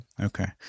Okay